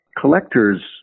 collectors